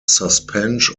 suspense